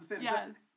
Yes